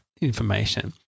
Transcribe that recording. information